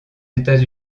états